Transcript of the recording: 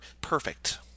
Perfect